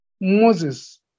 Moses